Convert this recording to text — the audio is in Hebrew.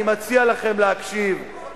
אני מציע לכם להקשיב,